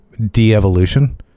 de-evolution